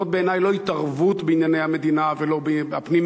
זאת בעיני לא התערבות בענייני המדינה הפנימיים,